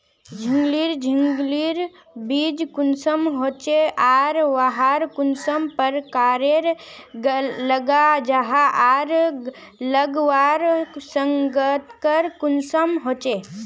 झिंगली झिंग लिर बीज कुंसम होचे आर वाहक कुंसम प्रकारेर लगा जाहा आर लगवार संगकर कुंसम होचे?